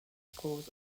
scores